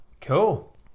Cool